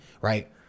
right